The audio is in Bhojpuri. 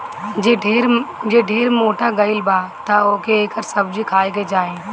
जे ढेर मोटा गइल बा तअ ओके एकर सब्जी खाए के चाही